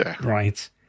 right